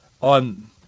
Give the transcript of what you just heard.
on